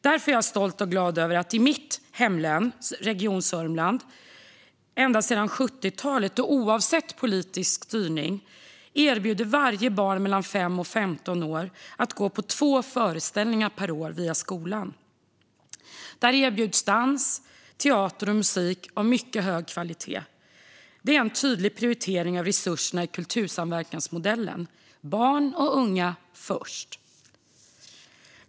Därför är jag stolt och glad över att mitt hemlän Sörmland ända sedan 70-talet och oavsett politisk styrning erbjuder varje barn mellan 5 och 15 år att gå på två föreställningar per år via skolan. Där erbjuds dans, teater och musik av mycket hög kvalitet. Detta är en tydlig prioritering av resurserna i kultursamverkansmodellen. Barn och unga först!